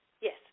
Yes